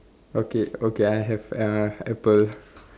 okay okay I have uh apple